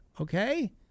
Okay